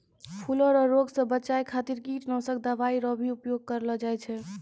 फूलो रो रोग से बचाय खातीर कीटनाशक दवाई रो भी उपयोग करलो जाय छै